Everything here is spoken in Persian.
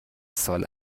سال